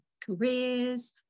careers